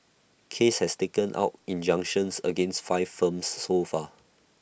case has taken out injunctions against five firms so far